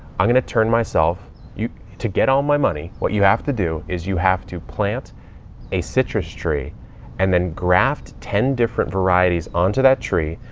i'm going to turn myself to get all my money what you have to do is you have to plant a citrus tree and then graft ten different varieties onto that tree.